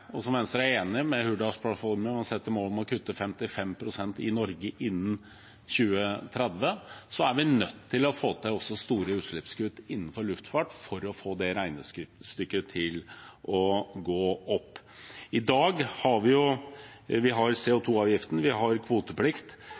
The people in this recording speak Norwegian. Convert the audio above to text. Venstre er enig med Hurdalsplattformen i å sette mål om å kutte 55 pst. i Norge innen 2030, og da er vi nødt til også å få til store utslippskutt innenfor luftfart for å få det regnestykket til å gå opp. I dag har vi CO 2 -avgiften, vi har kvoteplikt, og vi har